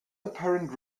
apparent